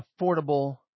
affordable